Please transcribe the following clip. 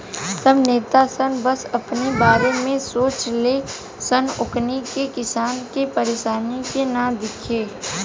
सब नेता सन बस अपने बारे में सोचे ले सन ओकनी के किसान के परेशानी के ना दिखे